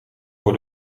voor